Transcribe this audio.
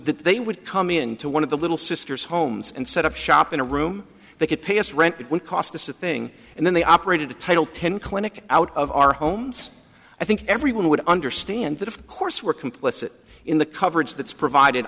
they would come into one of the little sisters homes and set up shop in a room they could pay us rent it would cost us a thing and then they operated to title ten clinic out of our homes i think everyone would understand that of course we're complicit in the coverage that's provided